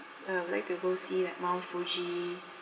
uh we'd like to go see like mount fuji